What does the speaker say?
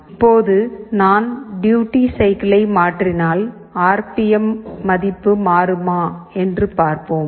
இப்போது நான் டூயுட்டி சைக்கிளை மாற்றினால் ஆர் பி எம் மதிப்பு மாறுமா என்று பார்ப்போம்